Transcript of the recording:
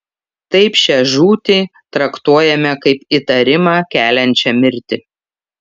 taip šią žūtį traktuojame kaip įtarimą keliančią mirtį